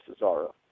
Cesaro